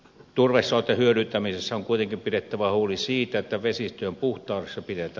turvesoiden hyödyntämisessä on kuitenkin pidettävä huolta vesistöjen puhtaudesta